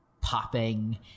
popping